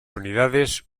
unidades